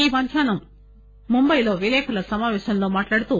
ఈ మధ్యాహ్నం ముంబైలో విలేకరుల సమావేశంలో మాట్హాడుతూ